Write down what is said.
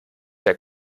der